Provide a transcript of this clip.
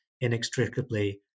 inextricably